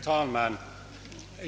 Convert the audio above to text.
Herr talman!